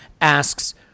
asks